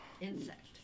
Insect